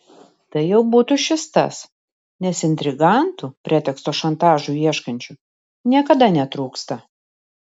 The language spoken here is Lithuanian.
tai jau būtų šis tas nes intrigantų preteksto šantažui ieškančių niekada netrūksta